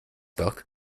book